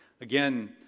Again